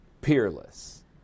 peerless